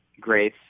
grace